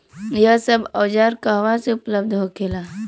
यह सब औजार कहवा से उपलब्ध होखेला?